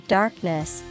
darkness